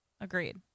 agreed